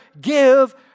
give